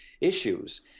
issues